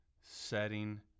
setting